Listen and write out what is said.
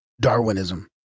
Darwinism